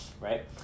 Right